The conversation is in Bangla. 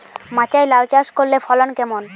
মাচায় লাউ চাষ করলে ফলন কেমন?